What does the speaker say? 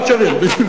ואוצ'רים, בדיוק.